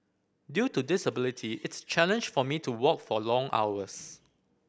due to disability it's a challenge for me to walk for long hours